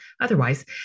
Otherwise